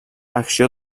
acció